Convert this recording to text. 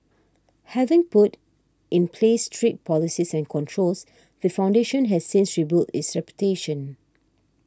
having put in place strict policies and controls the foundation has since rebuilt its reputation